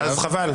אז חבל.